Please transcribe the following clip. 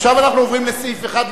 עכשיו אנחנו עוברים לסעיף 1,